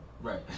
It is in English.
Right